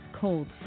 cold